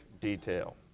detail